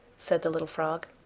said the little frog.